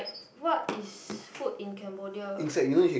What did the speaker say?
what is food in Cambodia